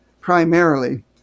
primarily